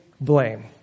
blame